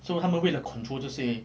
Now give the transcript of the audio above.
so 他们为了 control 这些